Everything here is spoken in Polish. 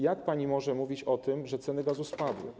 Jak pani może mówić o tym, że ceny gazu spadły?